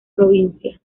provincia